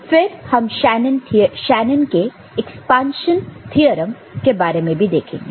और फिर हम शेनन के एक्सपांशन थ्योरम के बारे में भी देखेंगे